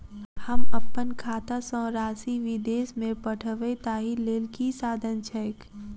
हम अप्पन खाता सँ राशि विदेश मे पठवै ताहि लेल की साधन छैक?